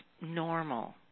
normal